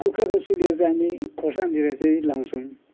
कुखराको सुलाीहरू चाहिँ हामी खोर्सानीतिर चाहिँ लाउँछौँ